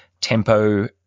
tempo